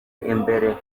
imbere